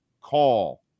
call